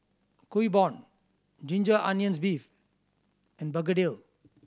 Kuih Bom ginger onions beef and begedil